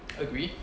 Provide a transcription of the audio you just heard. agree